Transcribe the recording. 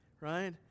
right